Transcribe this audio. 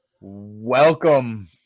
Welcome